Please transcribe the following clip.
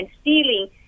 stealing